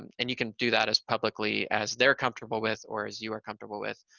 and you can do that as publicly as they're comfortable with or as you are comfortable with.